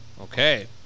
Okay